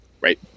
right